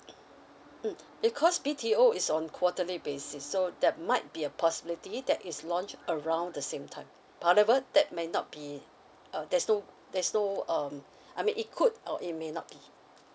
mm because B T O is on quarterly basis so that might be a possibility that is launch around the same time however that may not be uh there's no there's no um I mean it could or it may not be